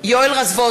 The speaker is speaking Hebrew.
בהצבעה יואל רזבוזוב,